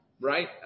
right